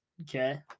Okay